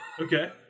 Okay